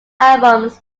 albums